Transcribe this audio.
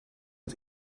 het